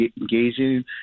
engaging